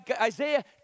Isaiah